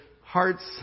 hearts